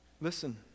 Listen